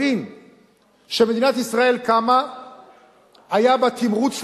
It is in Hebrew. הבין שכשמדינת ישראל קמה היה בה תמרוץ לעבודה,